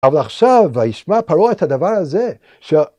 אבל עכשיו הישמע פרעה את הדבר הזה,